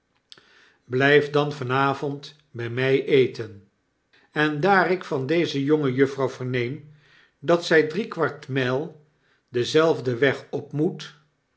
blijf dan van avond by my eten en daar ik van deze jongejuffrouw verneem dat zy drie kwart myl denzelfden weg op moet